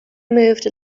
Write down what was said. moved